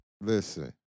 Listen